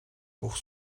pour